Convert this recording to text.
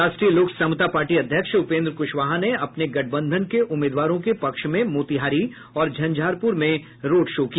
राष्ट्रीय लोक समता पार्टी अध्यक्ष उपेन्द्र कुशवाहा ने अपने गठबंधन के उम्मीदवारों के पक्ष में मोतिहारी और झंझारपुर में रोड शो किया